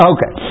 Okay